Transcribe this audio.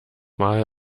mal